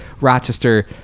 rochester